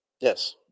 Yes